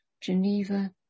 Geneva